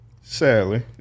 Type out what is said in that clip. Sadly